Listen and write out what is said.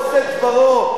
עושי דברו.